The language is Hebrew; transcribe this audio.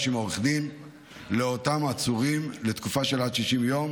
עם עורך דין לאותם עצורים לתקופה של עד 60 יום,